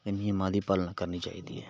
ਅਤੇ ਨਿਯਮਾਂ ਦੀ ਪਾਲਣਾ ਕਰਨੀ ਚਾਹੀਦੀ ਹੈ